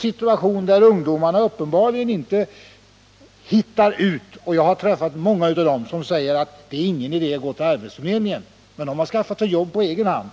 Situationen är sådan att många ungdomar inte hittar ut. Jag har träffat andra, som säger att det inte är någon idé att gå till arbetsförmedlingen — de har skaffat sig jobb på egen hand.